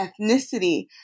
ethnicity